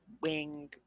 wing